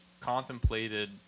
contemplated